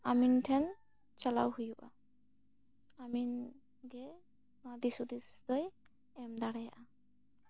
ᱟᱢᱤᱱ ᱴᱷᱮᱱ ᱪᱟᱞᱟᱣ ᱦᱩᱭᱩᱜᱼᱟ ᱟᱢᱤᱱ ᱜᱮ ᱱᱚᱣᱟ ᱫᱤᱥ ᱦᱩᱫᱤᱥ ᱫᱚᱭ ᱮᱢ ᱫᱟᱲᱮᱭᱟᱜᱼᱟ